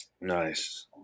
Nice